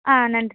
ஆ நன்றி